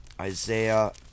Isaiah